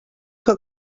que